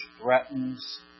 threatens